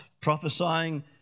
prophesying